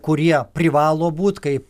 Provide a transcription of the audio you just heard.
kurie privalo būt kaip